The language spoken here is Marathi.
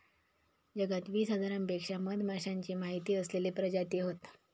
जगात वीस हजारांपेक्षा मधमाश्यांचे माहिती असलेले प्रजाती हत